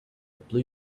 blue